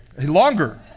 Longer